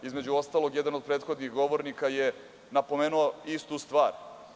Između ostalog, jedan od prethodnih govornika je napomenuo istu stvar.